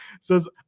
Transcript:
says